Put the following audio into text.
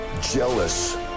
jealous